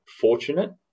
fortunate